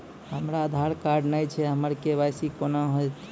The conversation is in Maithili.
हमरा आधार कार्ड नई छै हमर के.वाई.सी कोना हैत?